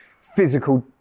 physical